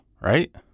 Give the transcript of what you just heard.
right